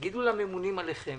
תגידו לממונים שלכם